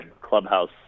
Clubhouse